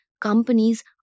companies